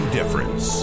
Difference